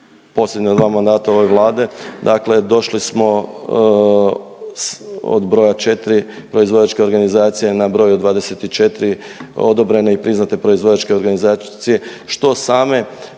posljednja dva mandata ove Vlade došli smo od broja četri proizvođačke organizacije na broj od 24 odobrene i priznate proizvođačke organizacije što same